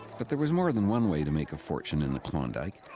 but there was more than one way to make a fortune in the klondike.